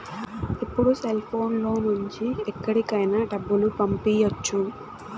ఇప్పుడు సెల్ఫోన్ లో నుంచి ఎక్కడికైనా డబ్బులు పంపియ్యచ్చు